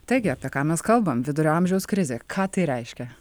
taigi apie ką mes kalbam vidurio amžiaus krizė ką tai reiškia